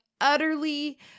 utterly